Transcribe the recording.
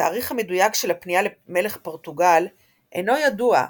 התאריך המדויק של הפנייה למלך פורטוגל אינו ידוע,